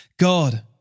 God